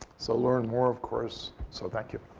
so learn more, of course. so thank you.